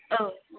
औ औ